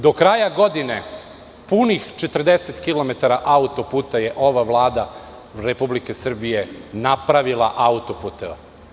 Do kraja godine punih 40 kilometara autoputa je ova Vlada Republike Srbije napravila autoputeva.